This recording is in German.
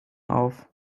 auf